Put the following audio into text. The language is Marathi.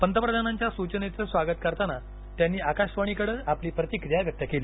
पंतप्रधानांच्या सूचनेचं स्वागत करताना त्यांनी आकाशवाणीकडे आपली प्रतिक्रिया व्यक्त केली